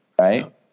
right